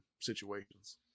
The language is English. situations